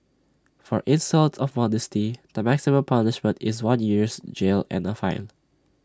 for insult of modesty the maximum punishment is one year's jail and A fine